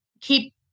keep